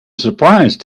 surprise